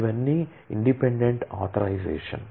అన్నీ independent authorization